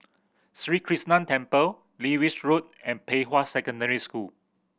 Sri Krishnan Temple Lewis Road and Pei Hwa Secondary School